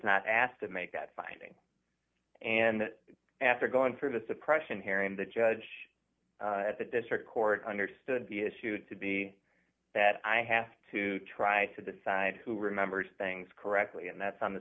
not asked to make that finding and after going through the suppression hearing the judge at the district court understood the issue to be that i have to try to decide who remembers things correctly and that's on th